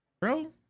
bro